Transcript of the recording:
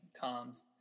Tom's